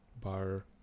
bar